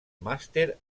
màster